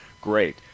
great